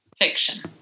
Fiction